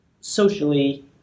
socially